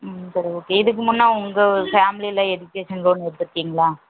ம் சரி ஓகே இதுக்கு முன்ன உங்கள் ஃபேமிலியில எஜுகேஷன் லோன் எடுத்துருக்கீங்களா